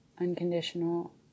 unconditional